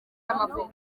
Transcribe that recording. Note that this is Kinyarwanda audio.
y’amavuko